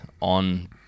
on